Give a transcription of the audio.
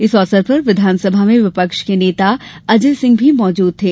इस अवसर पर विधानसभा में विपक्ष के र्नता अजय सिंह भी मौजूद थे